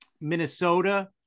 Minnesota